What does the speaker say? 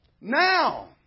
Now